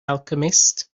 alchemist